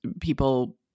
people